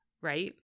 right